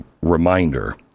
reminder